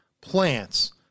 plants